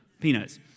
Peanuts